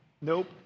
Nope